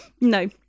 No